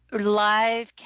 live